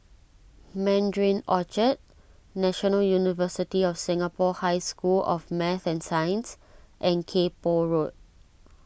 Mandarin Orchard National University of Singapore High School of Math and Science and Kay Poh Road